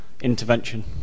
intervention